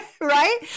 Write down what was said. right